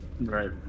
Right